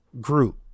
group